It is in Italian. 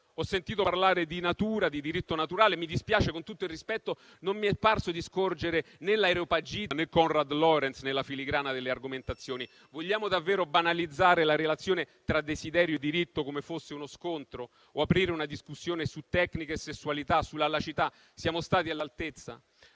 Ho sentito parlare di natura e di diritto naturale. Mi dispiace, con tutto il rispetto, non mi è parso di scorgere né l'Areopagita né Konrad Lorenz nella filigrana delle argomentazioni. Vogliamo davvero banalizzare la relazione tra desiderio e diritto come fosse uno scontro o aprire una discussione su tecniche e sessualità, sulla laicità? Siamo stati all'altezza?